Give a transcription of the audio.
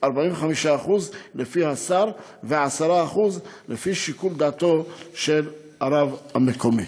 45% לפי השר ו-10% לפי שיקול דעתו של הרב המקומי.